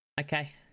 Okay